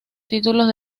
títulos